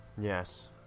yes